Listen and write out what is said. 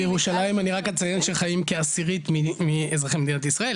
בירושלים אני רק אציין שחיים כעשירית מאזרחי מדינת ישראל,